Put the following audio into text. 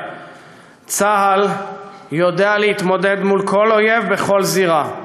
צה"ל יודע להתמודד מול כל אויב בכל זירה,